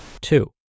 two